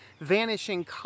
Vanishing